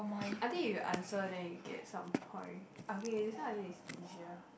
I think if you answer then you get some point okay this one I think is easier